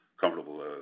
comfortable